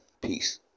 peace